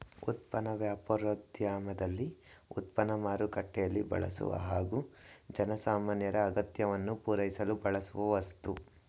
ಉತ್ಪನ್ನ ವ್ಯಾಪಾರೋದ್ಯಮದಲ್ಲಿ ಉತ್ಪನ್ನ ಮಾರುಕಟ್ಟೆಯಲ್ಲಿ ಬಳಸುವ ಹಾಗೂ ಜನಸಾಮಾನ್ಯರ ಅಗತ್ಯವನ್ನು ಪೂರೈಸಲು ಬಳಸುವ ವಸ್ತು